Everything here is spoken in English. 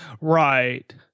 Right